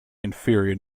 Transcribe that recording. inferior